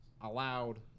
allowed